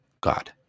God